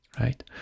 right